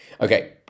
Okay